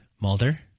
Mulder